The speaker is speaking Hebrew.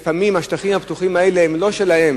לפעמים השטחים הפתוחים האלה הם לא שלהן,